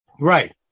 Right